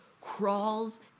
crawls